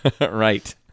Right